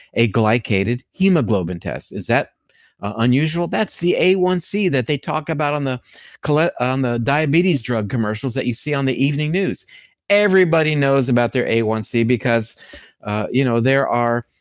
a glycated hemoglobin test. is that unusual? that's the a one c that they talk about on the ah on the diabetes drug commercials that you see on the evening news everybody knows about their a one c because ah you know there are